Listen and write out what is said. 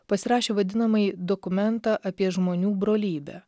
pasirašė vadinamąjį dokumentą apie žmonių brolybę